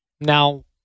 Now